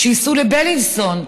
שייסעו לבילינסון.